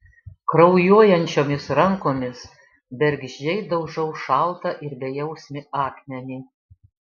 kraujuojančiomis rankomis bergždžiai daužau šaltą ir bejausmį akmenį